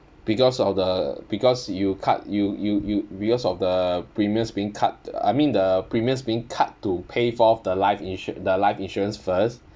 because of the because you cut you you you because of the premiums being cut I mean the premiums being cut to pay forth the life insu~ the life insurance first